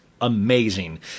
amazing